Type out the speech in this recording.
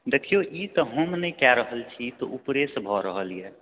दखिऔ ई तऽ हम नहि कए रहल छी ई तऽ उपरेसँ भए रहल यऽ